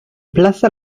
plaça